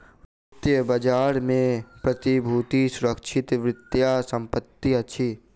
वित्तीय बजार में प्रतिभूति सुरक्षित वित्तीय संपत्ति अछि